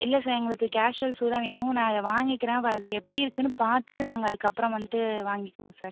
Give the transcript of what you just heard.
இல்லை சார் எங்களுக்கு casual shoe தான் வேணும் நான் அதை வாங்கிக்கிறேன் அது எப்படி இருக்குனு பார்த்துட்டு நாங்கள் அதுக்கப்புறோம் வந்துட்டு வாங்கிக்குவோம் சார்